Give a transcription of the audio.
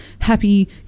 happy